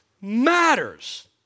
matters